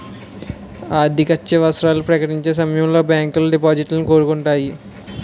ఆర్థికత్యవసరాలు ప్రకటించే సమయంలో బ్యాంకులో డిపాజిట్లను కోరుతాయి